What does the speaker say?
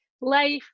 life